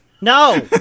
No